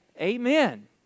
Amen